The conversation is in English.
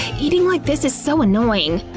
eating like this is so annoying.